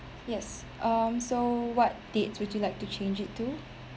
yes um so what dates would you like to change it to